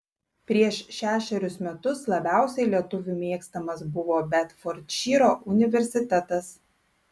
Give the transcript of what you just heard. prieš šešerius metus labiausiai lietuvių mėgstamas buvo bedfordšyro universitetas